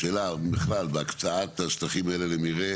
השאלה בכלל בהקצאת השטחים האלו למרעה